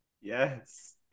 Yes